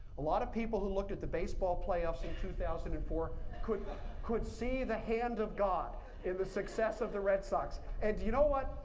a lot of people who looked at the baseball playoffs in two thousand and four could could see the hand of god in the success of the red sox. and do you know what?